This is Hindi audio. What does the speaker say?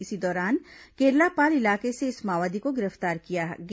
इसी दौरान केरलापाल इलाके से इस माओवादी को गिरफ्तार किया गया